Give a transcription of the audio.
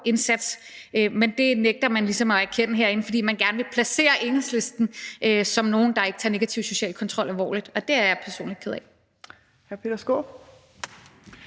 indsats. Men det nægter man ligesom at erkende herinde, fordi man gerne vil placere Enhedslisten et sted, hvor man ikke tager negativ social kontrol alvorligt, og det er jeg personligt ked af.